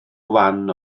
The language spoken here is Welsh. gwan